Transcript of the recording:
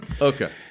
okay